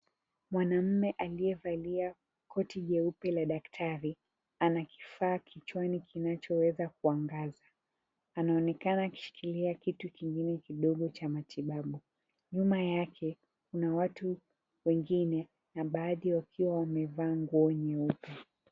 Mwanamume aliyevalia koti jeupe la daktari, ana kifaa kichwani kinachoweza kuangaza. Anaonekana akishikilia kitu kingine kidogo cha matibabu. Nyuma yake kuna watu wengine, na baadhi wakiwa wamevaa nguo nyeupe.